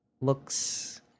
looks